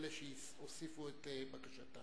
אלה שהוסיפו את בקשתם.